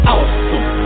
Awesome